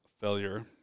failure